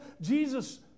Jesus